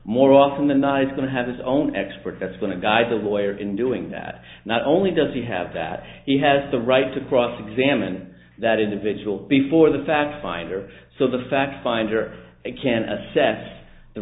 more often than not is going to have his own expert that's going to guide the lawyer in doing that not only does he have that he has the right to cross examine that individual before the fact finder so the fact finder can assess the